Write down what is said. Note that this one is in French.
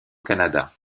canada